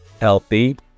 healthy